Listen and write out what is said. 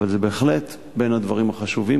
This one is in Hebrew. אבל זה בהחלט בין הדברים החשובים,